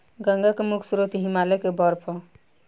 गंगा के मुख्य स्रोत हिमालय के बर्फ ह